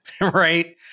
right